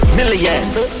Millions